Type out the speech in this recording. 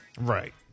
right